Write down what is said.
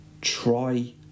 try